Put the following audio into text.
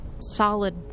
solid